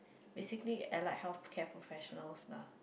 basically allied healthcare professionals lah